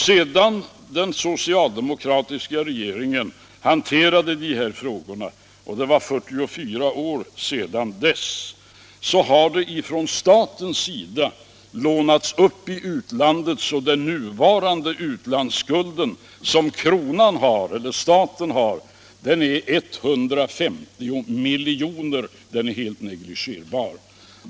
Sedan den socialdemokratiska regeringen började hantera de här frågorna — det är 44 år sedan dess — har staten lånat upp i utlandet så att den nuvarande utlandsskuld som staten har stannar vid 150 milj.kr.; den är helt negligerbar.